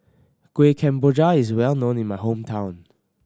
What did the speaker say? Kuih Kemboja is well known in my hometown